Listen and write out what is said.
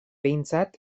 behintzat